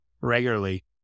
regularly